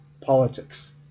politics